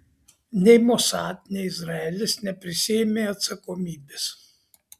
nei mossad nei izraelis neprisiėmė atsakomybės